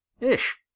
Ish